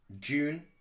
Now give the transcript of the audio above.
June